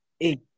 Eight